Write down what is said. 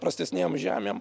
prastesnėm žemėm